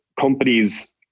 companies